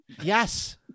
Yes